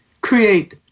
create